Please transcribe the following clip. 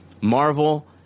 Marvel